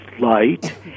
light